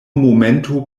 momento